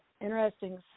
interesting